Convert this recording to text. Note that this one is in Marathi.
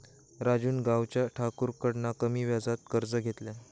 राजून गावच्या ठाकुराकडना कमी व्याजात कर्ज घेतल्यान